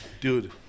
Dude